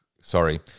Sorry